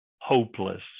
hopeless